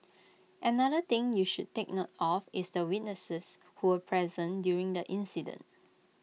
another thing you should take note of is the witnesses who were present during the incident